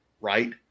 right